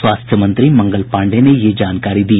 स्वास्थ्य मंत्री मंगल पांडेय ने यह जानकारी दी